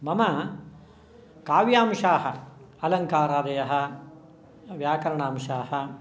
मम काव्यांशाः अलङ्कारादयः व्याकरणांशाः